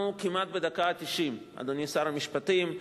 אנחנו כמעט בדקה התשעים, אדוני שר המשפטים.